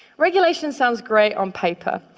regulation sounds great on paper,